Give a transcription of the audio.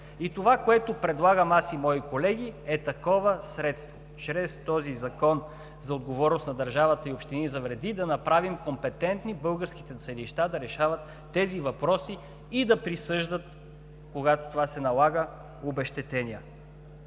Това, което предлагам аз и мои колеги, е такова средство – чрез този закон за отговорност на държавата и общини за вреди да направим компетентни българските съдилища да решават тези въпроси и да присъждат, когато това се налага, обезщетения.